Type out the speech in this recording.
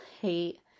hate